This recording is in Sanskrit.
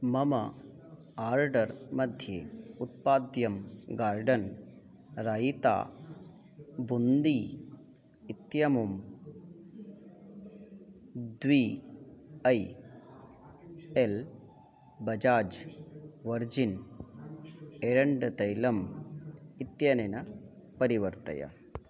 मम आर्डर् मध्ये उत्पाद्यं गार्डन् रयिता बुन्दी इत्यमुम् द्वि ऐ एल् बजाज् वर्जिन् एरण्ड् तैलम् इत्यनेन परिवर्तय